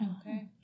Okay